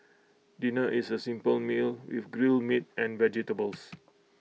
dinner is A simple meal with grilled meat and vegetables